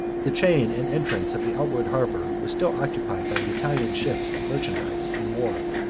the chain and entrance of the outward harbor was still occupied by the italian ships of merchandise and war.